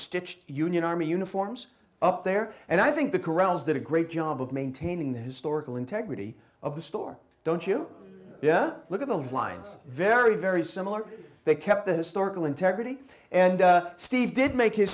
stitched union army uniforms up there and i think the corrals did a great job of maintaining the historical integrity of the store don't you look at those lines very very similar they kept the historical integrity and steve did make his